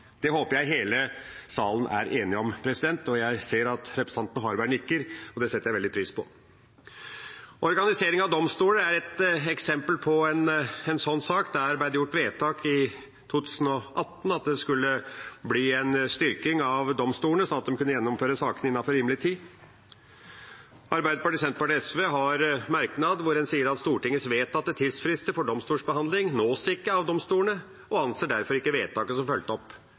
Det håper jeg hele salen er enig om. Jeg ser at representanten Harberg nikker, og det setter jeg veldig pris på. Organisering av domstoler er et eksempel på en slik sak. Der ble det gjort vedtak i 2018 om at det skulle bli en styrking av domstolene, slik at de kunne gjennomføre sakene innenfor rimelig tid. Arbeiderpartiet, Senterpartiet og SV har en merknad hvor en sier at Stortingets vedtatte tidsfrister for domstolsbehandling nås ikke av domstolene og anser derfor ikke vedtaket som fulgt opp